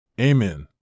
Amen